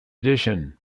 edition